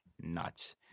nuts